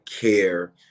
care